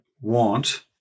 want